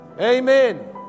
Amen